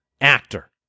actor